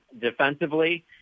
defensively